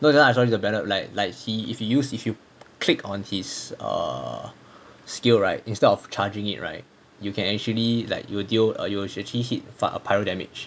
no I talking to bennett like like he if he if you use if you click on his err skill right instead of charging it right you can actually like you will deal err you will actually hit a pyro damage